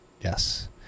Yes